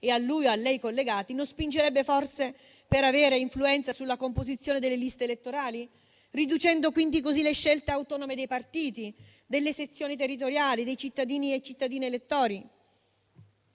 a lui o a lei collegati, non spingerebbe forse per avere influenza sulla composizione delle liste elettorali, riducendo quindi così le scelte autonome dei partiti, delle sezioni territoriali, dei cittadini e delle cittadine elettori?